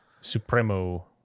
Supremo